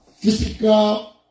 Physical